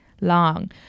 long